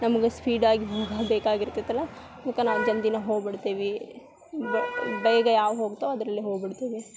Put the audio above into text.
ನಮ್ಗೆ ಸ್ಪೀಡಾಗಿ ಹೋಗೋದು ಬೇಕಾಗಿರ್ತೈತಲ್ಲ ಮತ್ತು ನಾವು ಜಲ್ದಿನ ಹೋಗ್ಬಿಡ್ತೇವಿ ಬ ಬೈಗ ಯಾವ ಹೋಗ್ತವ ಅದರಲ್ಲೇ ಹೋಗ್ಬಿಡ್ತೆವಿ